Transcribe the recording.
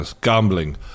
gambling